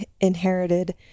inherited